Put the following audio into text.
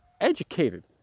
educated